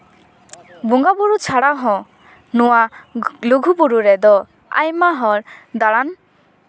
ᱵᱚᱸᱜᱟ ᱵᱳᱨᱳ ᱪᱷᱟᱲᱟ ᱦᱚᱸ ᱞᱩᱜᱩᱼᱵᱩᱨᱩ ᱨᱮᱫᱚ ᱟᱭᱢᱟ ᱦᱚᱲ ᱫᱟᱬᱟᱱ